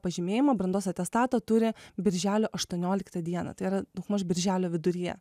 pažymėjimą brandos atestatą turi birželio aštuonioliktą dieną tai yra daugmaž birželio viduryje